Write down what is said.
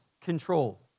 control